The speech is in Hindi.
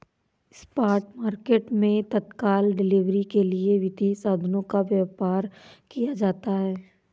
स्पॉट मार्केट मैं तत्काल डिलीवरी के लिए वित्तीय साधनों का व्यापार किया जाता है